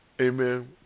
Amen